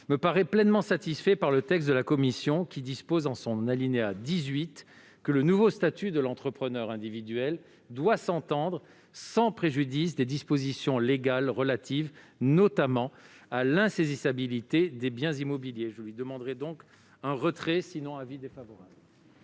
est pleinement satisfait par le texte de la commission, qui dispose, en son alinéa 18, que le nouveau statut de l'entrepreneur individuel doit s'entendre sans préjudice des dispositions légales relatives, notamment, à l'insaisissabilité de biens immobiliers. Je demande donc le retrait de cet amendement.